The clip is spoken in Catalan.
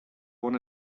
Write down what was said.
bon